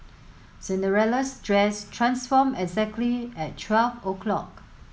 Cinderella's dress transformed exactly at twelve o'clock